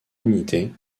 unité